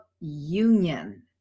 union